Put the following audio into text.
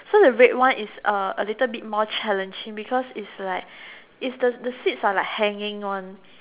so the red one is a A little bit more challenging because it's like it's the the seats are like hanging on